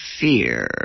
fear